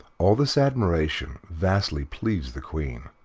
all this admiration vastly pleased the queen.